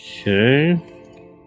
Okay